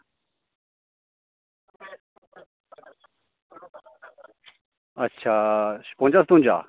अच्छा छपुजां सतुंजा